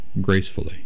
gracefully